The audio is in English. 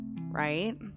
right